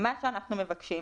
מה שאנחנו מבקשים,